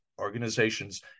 organizations